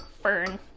fern